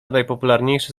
najpopularniejsze